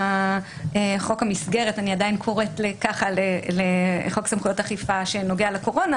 בחוק המסגרת אני עדיין קוראת כך לחוק סמכויות אכיפה שנוגע לקורונה